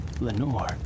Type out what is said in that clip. Lenore